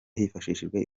hifashishijwe